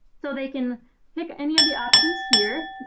so they can pick any of the options here.